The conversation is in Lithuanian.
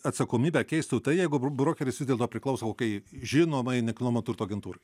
atsakomybę keistų tai jeigu brokeris vis dėlto priklauso kokiai žinomai nekilnojamo turto agentūrai